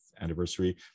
anniversary